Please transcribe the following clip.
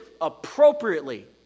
appropriately